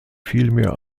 vielmehr